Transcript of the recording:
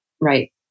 Right